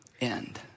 end